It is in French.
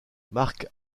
mark